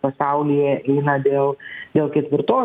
pasaulyje eina dėl jau ketvirtos